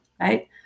right